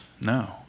No